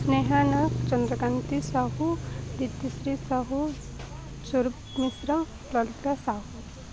Sneha Nath Chandrakanti Sahu Itishree Sahu Swarup Mishra Pralita Sahu